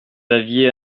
aviez